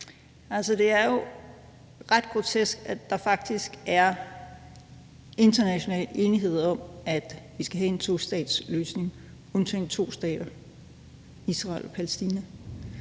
det er jo ret grotesk, at der faktisk er international enighed om, at vi skal have en tostatsløsning, med undtagelse af to stater: Israel og Palæstina.